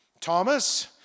Thomas